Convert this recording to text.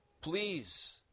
Please